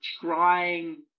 trying